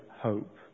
hope